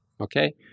okay